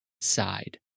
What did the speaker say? side